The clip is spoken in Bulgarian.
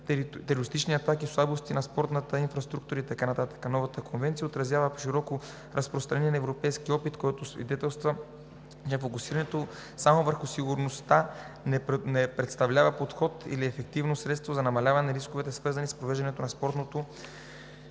терористични атаки, слабости на спортната инфраструктура и така нататък. Новата конвенция отразява широко разпространения европейски опит, който свидетелства, че фокусирането само върху сигурността не представлява подходящо или ефективно средство за намаляване на рисковете, свързани с провеждането на спортното